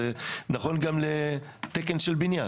זה נכון גם לתקן של בניין.